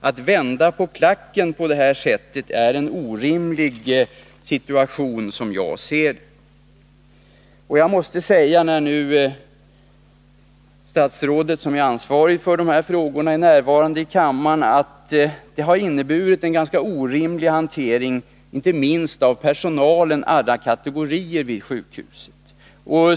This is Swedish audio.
Att så att säga vända på klacken är, som jag ser det, omöjligt. När nu det ansvariga statsrådet är närvarande i kammaren måste jag säga att hanteringen av den här frågan har varit orimlig, inte minst för personalen, alla kategorier, vid sjukhuset.